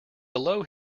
below